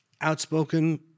outspoken